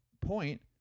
point